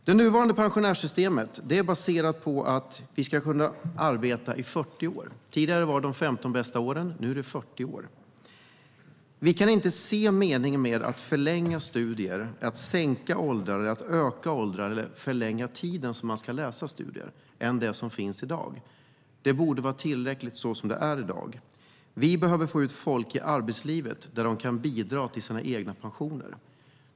Det nuvarande pensionärssystemet är baserat på att vi ska kunna arbeta i 40 år. Tidigare var det de 15 bästa åren, nu är det 40 år. Vi kan inte se meningen med att förlänga studier med att sänka åldrar, öka åldrar eller förlänga tiden som man ska studera mot hur det är i dag. Det borde vara tillräckligt så som det är i dag. Vi behöver få ut folk i arbetslivet, där de kan bidra till sina egna pensioner.